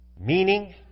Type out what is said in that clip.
meaning